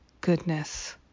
goodness